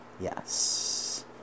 Yes